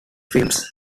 films